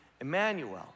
Emmanuel